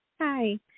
Hi